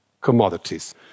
commodities